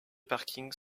parkings